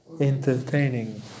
entertaining